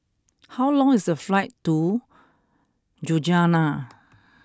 how long is the flight to Ljubljana